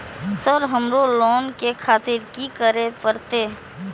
Sir हमरो loan ले खातिर की करें परतें?